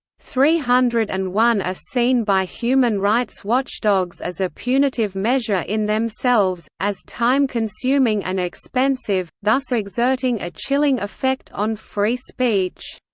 three hundred and one are seen by human rights watchdogs as a punitive measure in themselves, as time-consuming and expensive, thus exerting a chilling effect on free speech.